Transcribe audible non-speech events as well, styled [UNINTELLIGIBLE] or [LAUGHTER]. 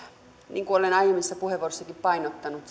niin kuin olen aiemmissakin puheenvuoroissa painottanut [UNINTELLIGIBLE]